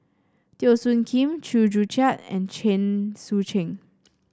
Teo Soon Kim Chew Joo Chiat and Chen Sucheng